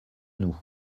nous